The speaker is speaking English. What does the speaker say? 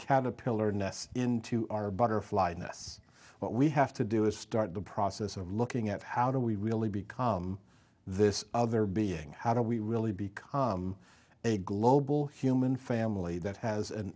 caterpillar ness into our butterfly ness what we have to do is start the process of looking at how do we really become this other being how do we really become a global human family that has an